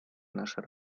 нашей